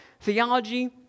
theology